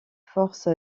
force